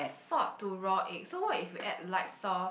salt to raw egg so what if you add light sauce